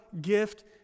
gift